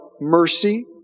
mercy